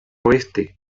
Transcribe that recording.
oeste